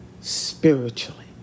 spiritually